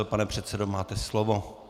Pane předsedo, máte slovo.